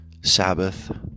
Sabbath